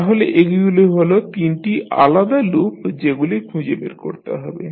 তাহলে এগুলি হল তিনটি আলাদা লুপ যেগুলি খুঁজে বের করতে হবে